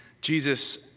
Jesus